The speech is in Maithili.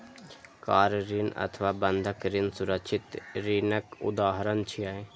कार ऋण अथवा बंधक ऋण सुरक्षित ऋणक उदाहरण छियै